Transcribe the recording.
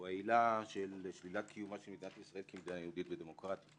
הוא העילה של שלילת קיומה של מדינת ישראל כמדינה יהודית ודמוקרטית.